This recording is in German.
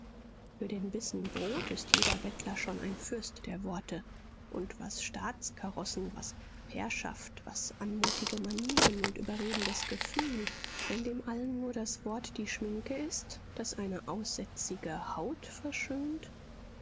für den bissen brot ist jeder bettler schon ein fürst der worte und was staatskarossen was pairschaft was anmutige manieren und überredendes gefühl wenn dem allen nur das wort die schminke ist das eine aussätzige haut verschönt